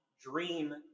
dream